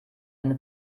eine